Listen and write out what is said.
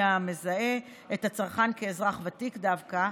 המזהים את הצרכן כאזרח ותיק דווקא,